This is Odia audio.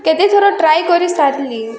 କେତେଥର ଟ୍ରାଏ କରିସାରିଲି